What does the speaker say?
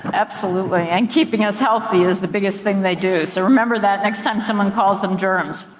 absolutely. and keeping us healthy is the biggest thing they do. so remember that next time someone calls them germs.